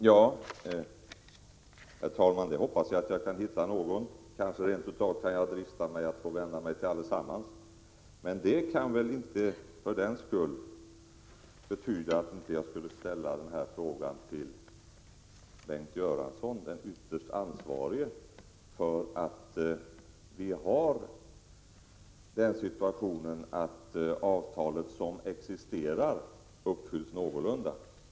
Herr talman! Jag hoppas jag kan hitta någon. Jag kanske kan drista mig till att vända mig till allesammans. Men det betyder väl inte att jag inte kan få ställa den frågan till Bengt Göransson? Han är ytterst ansvarig för att de avtal som existerar uppfylls någorlunda.